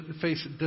face